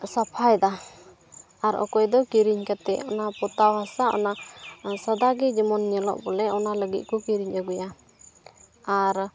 ᱥᱟᱯᱷᱟᱭᱮᱫᱟ ᱟᱨ ᱚᱠᱚᱭ ᱫᱚ ᱠᱤᱨᱤᱧ ᱠᱟᱛᱮᱫ ᱚᱱᱟ ᱯᱚᱛᱟᱣ ᱦᱟᱥᱟ ᱚᱱᱟ ᱥᱟᱫᱟ ᱜᱮ ᱡᱮᱢᱚᱱ ᱧᱮᱞᱚᱜ ᱵᱚᱞᱮ ᱚᱱᱟ ᱞᱟᱹᱜᱤᱫ ᱠᱚ ᱠᱤᱨᱤᱧ ᱟᱹᱜᱩᱭᱟ ᱟᱨ